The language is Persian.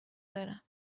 برم